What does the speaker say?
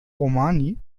romani